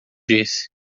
disse